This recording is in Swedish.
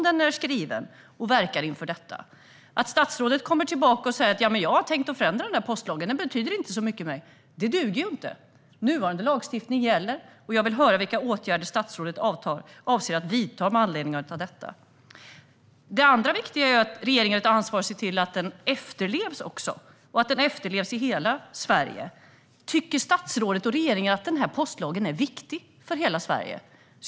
Det duger inte att statsrådet kommer tillbaka och säger: Ja, men jag har tänkt förändra postlagen; den betyder inte så mycket för mig. Nuvarande lagstiftning gäller. Jag vill höra vilka åtgärder statsrådet avser att vidta med anledning av detta. Det andra viktiga är att regeringen har ett ansvar att se till att lagen efterlevs i hela Sverige. Tycker statsrådet och regeringen att postlagen är viktig för hela Sverige?